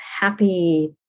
happy